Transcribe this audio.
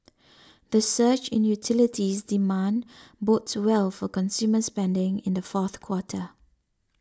the surge in utilities demand bodes well for consumer spending in the fourth quarter